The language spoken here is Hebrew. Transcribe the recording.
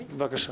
בבקשה.